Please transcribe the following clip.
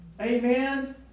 Amen